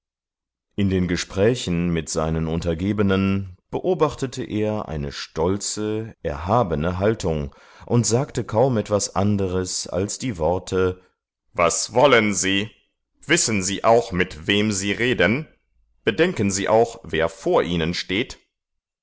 in den gesprächen mit seinen untergebenen beobachtete er eine stolze erhabene haltung und sagte kaum etwas anderes als die worte was wollen sie wissen sie auch mit wem sie reden bedenken sie auch wer vor ihnen steht